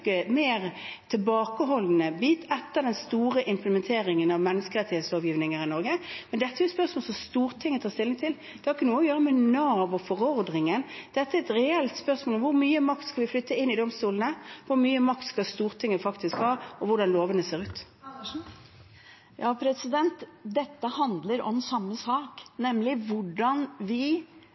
etter den store implementeringen av menneskerettslovgivningen her i Norge. Men dette er jo spørsmål som Stortinget tar stilling til. Det har ikke noe å gjøre med Nav og forordninger; det er et reelt spørsmål om hvor mye makt vi skal flytte inn i domstolene, og hvor mye makt Stortinget faktisk skal ha med tanke på hvordan lovene skal se ut. Karin Andersen – til oppfølgingsspørsmål. Dette handler om samme sak, nemlig hvordan vi